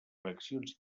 reaccions